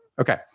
Okay